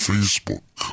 Facebook